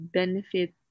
benefit